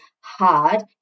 hard